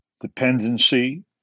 dependency